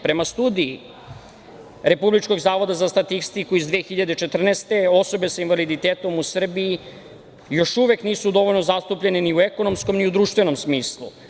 Prema studiji Republičkog zavoda za statistiku iz 2014. godine, osobe sa invaliditetom u Srbiji još uvek nisu dovoljno zastupljene ni u ekonomskom ni u društvenom smislu.